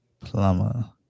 Plumber